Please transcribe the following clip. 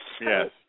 Yes